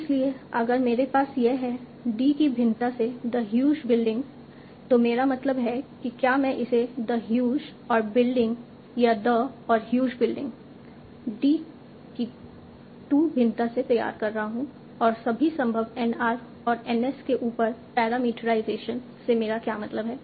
इसलिए अगर मेरे पास यह है d की भिन्नता से द ह्यूज बिल्डिंग तो मेरा मतलब है कि क्या मैं इसे द ह्यूज और बिल्डिंग या द और ह्यूज बिल्डिंग d की 2 भिन्नता से तैयार कर रहा हूं और सभी संभव N r और N s के ऊपर पैरामीटराइजेशन से मेरा क्या मतलब है